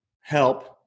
help